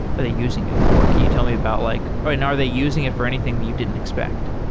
are they using it for can you tell me about like are and are they using it for anything that you didn't expect?